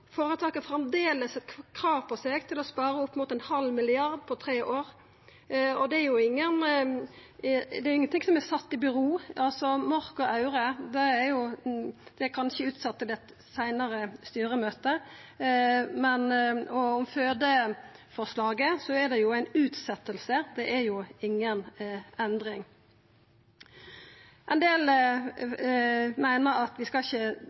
Føretaket har framleis eit krav på seg om å spara opp mot ein halv milliard på tre år, og det er ingenting som er sett på vent. Mork og Aure kan ikkje utsetjast til seinare styremøte. Og fødeforslaget er ei utsetjing, det er inga endring. Ein del meiner at vi ikkje skal detaljstyra helseføretaka. Det er vel kanskje den største forskjellen mellom Senterpartiet og partia her i salen som stemmer imot forslaga våre – vi meiner ikkje